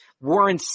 Warren